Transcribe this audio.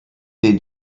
den